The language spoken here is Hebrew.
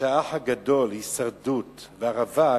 כש'האח הגדול', 'הישרדות' ו'הרווק'